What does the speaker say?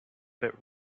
but